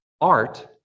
art